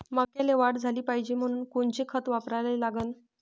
मक्याले वाढ झाली पाहिजे म्हनून कोनचे खतं वापराले लागन?